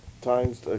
times